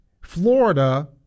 Florida